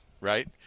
right